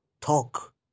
talk